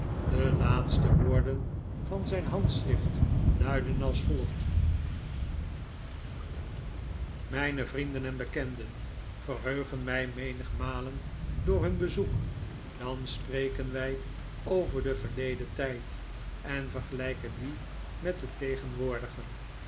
de laatste woorden van zijn handschrift luiden als volgt mijne vrienden en bekenden verheugen mij menigmalen door hun bezoek dan spreken wij over den verleden tijd en vergelijken dien met den tegenwoordigen